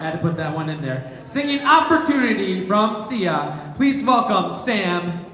to put that one in there singing opportunity from sia please welcome sam.